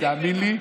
תאמין לי,